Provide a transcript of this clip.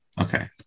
Okay